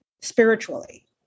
spiritually